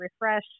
refresh